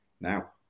now